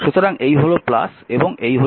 সুতরাং এই হল এবং এই হল